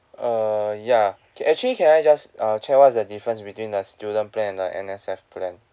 err ya okay actually can I just uh check what's the difference between a student plan and a N_S_F plan